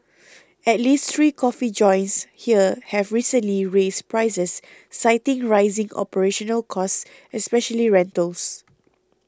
at least three coffee joints here have recently raised prices citing rising operational costs especially rentals